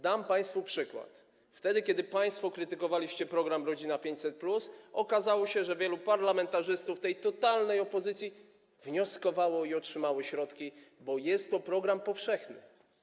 Dam państwu przykład: kiedy państwo krytykowaliście program „Rodzina 500+”, okazało się, że wielu parlamentarzystów totalnej opozycji wnioskowało i otrzymało środki, bo jest to program powszechny.